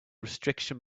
restriction